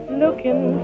looking